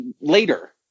later